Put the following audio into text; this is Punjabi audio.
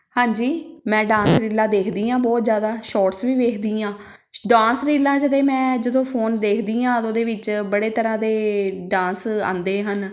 ਹਾਂਜੀ ਮੈਂ ਡਾਂਸ ਰੀਲਾਂ ਦੇਖਦੀ ਹਾਂ ਬਹੁਤ ਜ਼ਿਆਦਾ ਸ਼ੋਰਟਸ ਵੀ ਵੇਖਦੀ ਹਾਂ ਡਾਂਸ ਰੀਲਾਂ ਜਦੋਂ ਮੈਂ ਜਦੋਂ ਫੋਨ ਦੇਖਦੀ ਹਾਂ ਔਰ ਉਹਦੇ ਵਿੱਚ ਬੜੇ ਤਰ੍ਹਾਂ ਦੇ ਡਾਂਸ ਆਉਂਦੇ ਹਨ